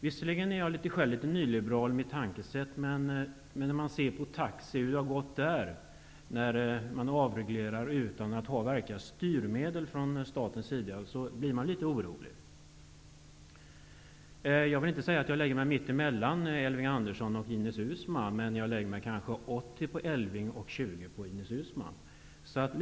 Visserligen är jag själv litet nyliberal i mitt tänkesätt, men jag blir en smula orolig när jag ser hur det har gått med taxi i samband med att man har avreglerat utan att ha verkliga styrmedel från statens sida. Jag vill inte säga att min ståndpunkt ligger mitt emellan Elving Anderssons och Ines Uusmanns, men jag håller kanske till 80 % på Elving Andersson och 20 % på Ines Uusmann.